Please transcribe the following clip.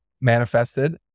manifested